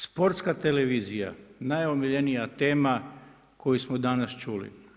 Sportska televizija, najomiljenija tema koju smo danas čuli.